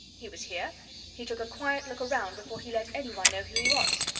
he was here he took a quiet look around before he let any one know who he was.